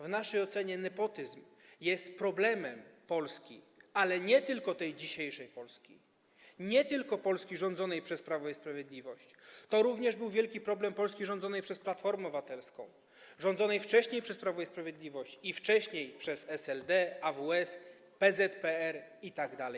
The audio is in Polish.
W naszej ocenie nepotyzm jest problemem Polski, ale nie tylko tej dzisiejszej Polski, nie tylko Polski rządzonej przez Prawo i Sprawiedliwość, bo to również był wielki problem Polski rządzonej przez Platformę Obywatelską, rządzonej wcześniej przez Prawo i Sprawiedliwość i jeszcze wcześniej przez SLD, AWS, PZPR itd.